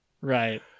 Right